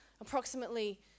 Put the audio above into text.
Approximately